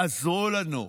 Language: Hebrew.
תעזרו לנו,